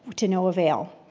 to no avail.